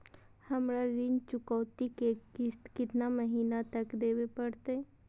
हमरा ऋण चुकौती के किस्त कितना महीना तक देवे पड़तई?